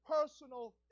personal